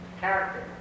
character